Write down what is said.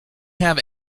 have